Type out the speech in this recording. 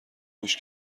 گوش